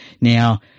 Now